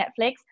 Netflix